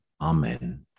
amen